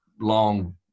long